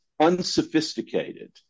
unsophisticated